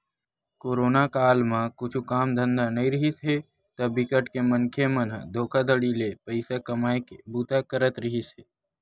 corona काल म कुछु काम धंधा नइ रिहिस हे ता बिकट के मनखे मन ह धोखाघड़ी ले पइसा कमाए के बूता करत रिहिस हे